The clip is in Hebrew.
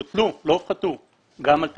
בוטלו, לא הופחתו, גם על טקסטיל,